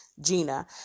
Gina